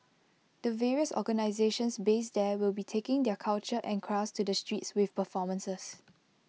the various organisations based there will be taking their culture and crafts to the streets with performances